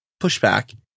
pushback